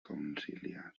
reconciliar